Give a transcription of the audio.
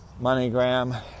moneygram